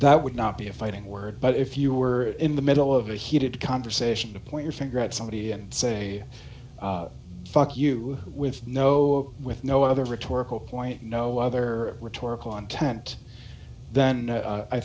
that would not be a fighting word but if you were in the middle of a heated conversation to point your finger at somebody and say fuck you with no with no other rhetorical point no other rhetorical on kent then